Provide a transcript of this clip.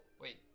wait